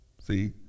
See